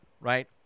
right